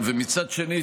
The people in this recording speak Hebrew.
מצד שני,